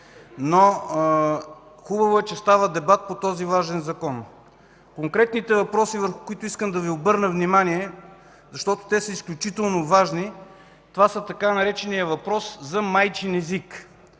Хубаво е, че става дебат по този важен закон. Конкретните въпроси, на които искам да Ви обърна внимание, защото са изключително важни, са така нареченият „въпрос за майчин език”.